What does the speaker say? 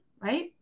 right